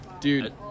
Dude